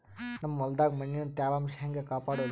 ನಮ್ ಹೊಲದಾಗ ಮಣ್ಣಿನ ತ್ಯಾವಾಂಶ ಹೆಂಗ ಕಾಪಾಡೋದು?